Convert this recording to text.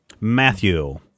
Matthew